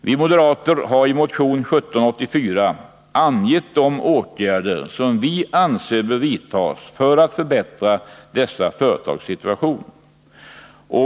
Vi moderater har i motion 1784 angett de åtgärder som vi anser bör vidtas för att förbättra dessa företags situation.